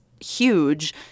huge